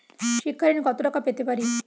শিক্ষা ঋণ কত টাকা পেতে পারি?